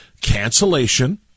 cancellation